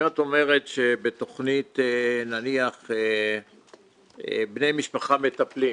אם את אומרת שבתכנית נניח בני משפחה מטפלים,